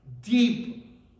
deep